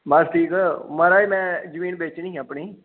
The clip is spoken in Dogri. बस ठीक महाराज में जमीन बेचनी ही अपनी